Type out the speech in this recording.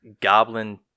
goblin